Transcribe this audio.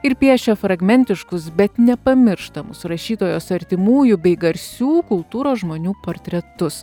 ir piešia fragmentiškus bet nepamirštamus rašytojos artimųjų bei garsių kultūros žmonių portretus